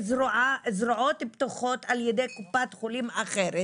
בזרועות פתוחות על ידי קופת חולים אחרת,